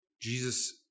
Jesus